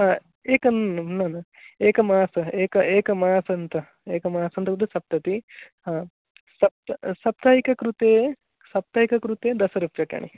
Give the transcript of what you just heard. एकं निम्नः एकमासः एक एक मासतः एकमासं उत उत सप्ततिः सप्त सप्ताहिके कृते सप्ताहिक कृते दशरूप्यकाणि